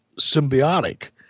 symbiotic